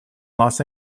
los